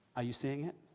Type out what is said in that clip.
are you seeing it?